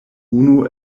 unu